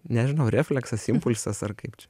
nežinau refleksas impulsas ar kaip čia